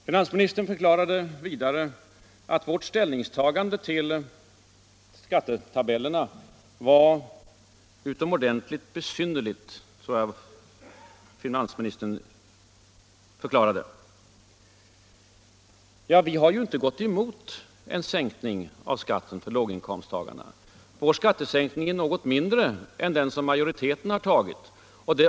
Finansministern förklarade vidare att moderaternas ställningstagande till skattetabellerna var ”utomordentligt besynnerligt” och att moderater skulle ha gått emot en sänkning av skatten för låginkomsttagarna. Detta har vi inte gjort. Vår skattesänkning för denna grupp är något mindre än den som majoriteten har fastnat för.